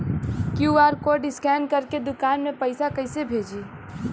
QR code scan करके दुकान में पैसा कइसे भेजी?